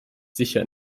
sicher